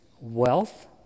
wealth